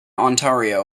ontario